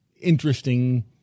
interesting